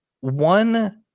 one